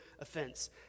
offense